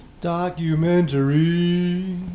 Documentary